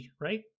right